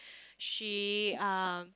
she um